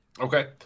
Okay